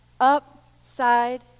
upside